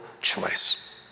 choice